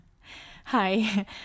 Hi